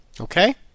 Okay